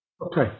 Okay